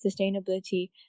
sustainability